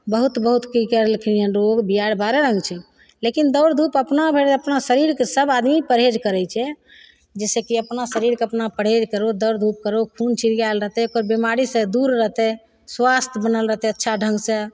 बहुत बहुत कि करलखिन हँ रोग बेआर बारह रङ्ग छै लेकिन दौड़धूप अपना भरि अपना शरीरके सब आदमी परहेज करै छै जइसेकि अपना शरीरके अपना परहेज करहो दौड़धूप करहो खून छिड़िआएल रहतै ओकर बेमारी से दूर रहतै स्वास्थ्य बनल रहतै अच्छा ढङ्गसे